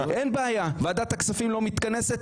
אין בעיה, ועדת הכספים לא מתכנסת?